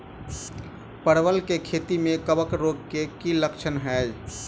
परवल केँ खेती मे कवक रोग केँ की लक्षण हाय?